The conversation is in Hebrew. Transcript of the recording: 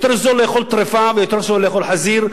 יותר זול לאכול טרפה ויותר שווה לאכול חזיר,